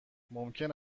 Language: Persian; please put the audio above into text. ممکن